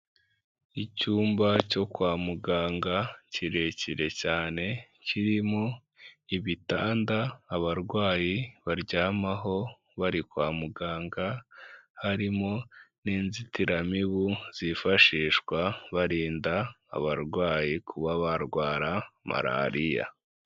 Icyumba cyo kwa muganga kirekire cyane kirimo ibitanda abarwayi baryamaho bari kwa muganga, harimo n'inzitiramibu zifashishwa barinda abarwayi kuba barwara malariya.